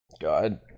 God